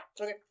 Okay